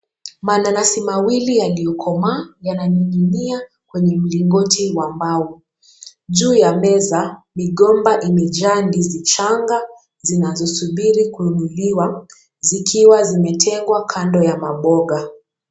Mandarazi mawili yaliyokomaa yananing'inia kwenye mlingoti wa mbao. Juu ya meza migomba imejaa ndizi changa zinazosubiri kununuliwa zikiwa zimetengwa kando ya maboga.